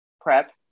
prep